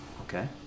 Okay